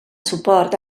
suport